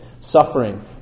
suffering